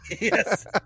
Yes